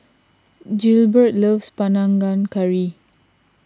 Gilbert loves Panang Curry